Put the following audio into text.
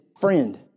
friend